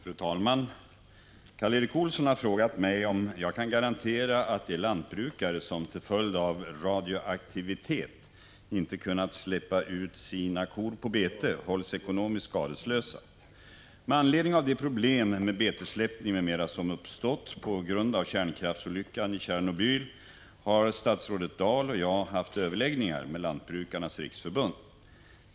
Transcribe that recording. Fru talman! Karl Erik Olsson har frågat mig om jag kan garantera att de lantbrukare som till följd av radioaktivitet inte kunnat släppa ut sina kor på bete hålls ekonomiskt skadeslösa. grund av kärnkraftsolyckan i Tjernobyl har statsrådet Dahl och jag haft överläggningar med Lantbrukarnas riksförbund .